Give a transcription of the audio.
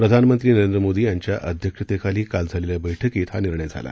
प्रधानमंत्री नरेंद्र मोदी यांच्या अध्यक्षतेखाली काल झालेल्या बैठकीत हा निर्णय झाला